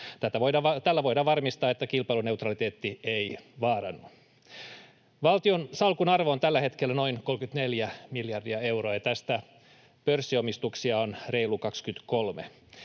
Tällä voidaan varmistaa, että kilpailuneutraliteetti ei vaarannu. Valtion salkun arvo on tällä hetkellä noin 34 miljardia euroa, ja tästä pörssiomistuksia on reilu 23